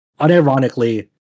unironically